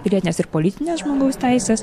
pilietines ir politines žmogaus teises